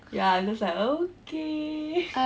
ya I just like okay